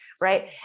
Right